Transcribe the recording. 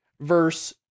verse